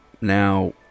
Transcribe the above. Now